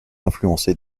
influencé